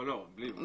לא, בלי מכרז.